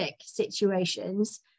situations